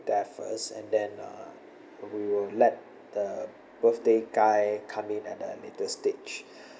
there first and then uh we will let the birthday guy come in at a later stage